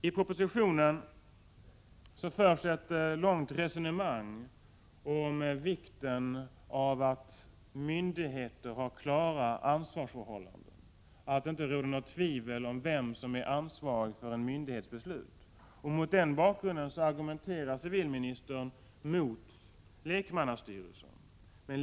I propositionen förs ett långt resonemang om vikten av att 7 myndigheter har klara ansvarsförhållanden, att det inte råder något tvivel om vem som är ansvarig för en myndighets beslut. Mot den bakgrunden argumenterar civilministern mot lekmannastyrelser.